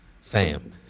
Fam